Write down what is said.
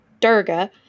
Durga